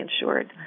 insured